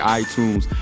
iTunes